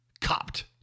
copped